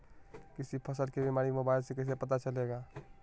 किसी फसल के बीमारी मोबाइल से कैसे पता चलेगा?